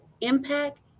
impact